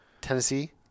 Tennessee